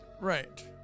Right